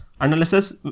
analysis